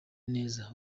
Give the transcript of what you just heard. neza